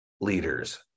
leaders